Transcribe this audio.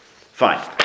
fine